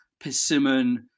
Persimmon